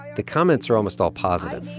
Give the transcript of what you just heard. the comments are almost all positive.